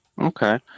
Okay